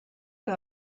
que